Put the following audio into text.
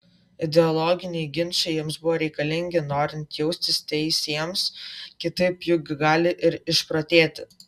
ideologiniai ginčai jiems buvo reikalingi norint jaustis teisiems kitaip juk gali ir išprotėti